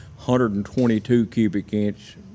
122-cubic-inch